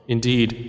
Indeed